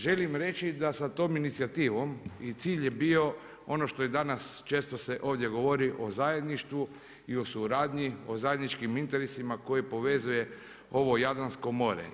Želim reći da sam tom inicijativom, i cilj je bio ono što i danas često se ovdje govori o zajedništvu i o suradnji, o zajedničkim interesima koje povezuje ovo Jadransko more.